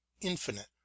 infinite